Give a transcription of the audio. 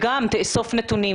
גם תאסוף נתונים,